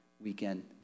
weekend